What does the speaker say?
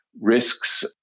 risks